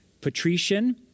patrician